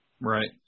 right